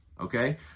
okay